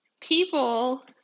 people